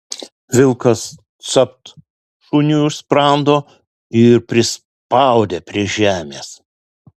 vilkas capt šuniui už sprando ir prispaudė prie žemės